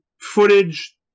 footage